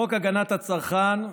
חוק הגנת הצרכן,